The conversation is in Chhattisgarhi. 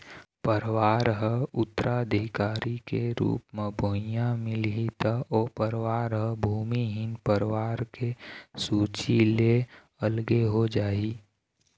परवार ल उत्तराधिकारी के रुप म भुइयाँ मिलही त ओ परवार ह भूमिहीन परवार के सूची ले अलगे हो जाही